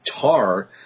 tar